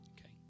Okay